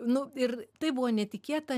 nu ir tai buvo netikėta